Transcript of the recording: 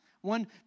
One